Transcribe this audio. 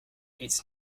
its